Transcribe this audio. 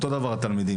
אותו דבר התלמידים.